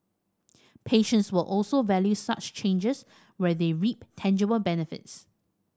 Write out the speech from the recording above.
patients will also value such changes where they reap tangible benefits